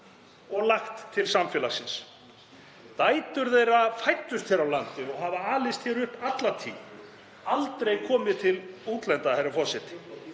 og lagt til samfélagsins. Dætur þeirra fæddust hér á landi, hafa alist hér upp alla tíð og aldrei komið til útlanda, herra forseti.